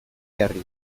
jarri